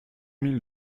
mille